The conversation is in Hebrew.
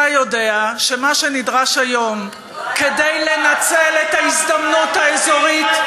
אתה יודע שמה שנדרש היום כדי לנצל את ההזדמנות האזורית,